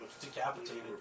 decapitated